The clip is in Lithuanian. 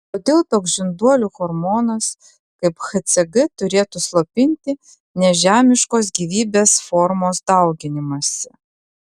kodėl toks žinduolių hormonas kaip hcg turėtų slopinti nežemiškos gyvybės formos dauginimąsi